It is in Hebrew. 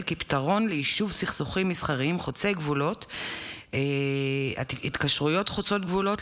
כפתרון ליישוב סכסוכים מסחריים חוצי גבולות והתקשרויות חוצות גבולות,